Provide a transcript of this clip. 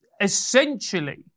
essentially